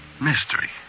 Mystery